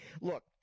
Look